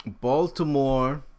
baltimore